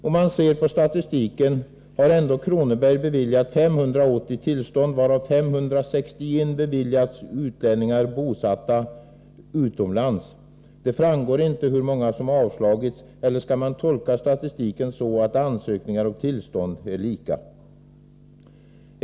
Om man ser på statistiken finner man att länsstyrelsen i Kronobergs län har beviljat 580 tillstånd, varav 561 beviljats utlänningar bosatta utomlands. Det framgår inte hur många som avslagits. Eller skall man tolka statistiken så att antalen ansökningar och tillstånd är lika?